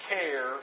care